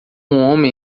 homem